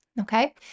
okay